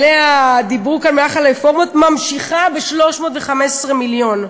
שעליה דיברו כאן, ממשיכה ב-315 מיליון,